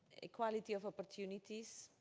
equality of opportunities,